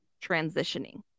transitioning